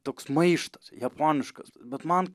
toks maištas japoniškas bet man